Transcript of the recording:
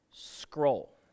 scroll